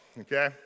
okay